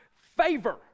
favor